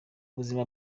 buzima